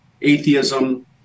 atheism